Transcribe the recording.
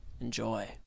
Enjoy